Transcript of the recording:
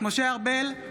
משה ארבל,